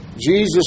Jesus